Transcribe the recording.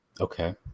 Okay